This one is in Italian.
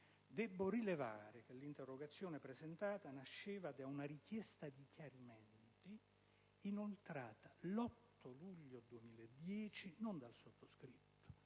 devo rilevare che l'interrogazione presentata nasceva da una richiesta di chiarimenti inoltrata l'8 luglio 2010, non dal sottoscritto,